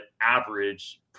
average